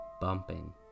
Bumping